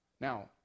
Now